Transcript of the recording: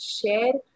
share